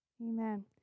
Amen